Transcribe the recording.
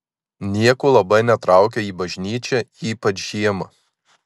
nieko labai netraukia į bažnyčią ypač žiemą